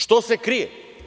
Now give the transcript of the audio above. Što se krije?